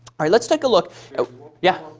all right. let's take a look yeah,